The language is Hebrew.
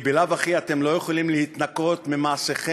כי בלאו הכי אתם לא יכולים להתנקות ממעשיכם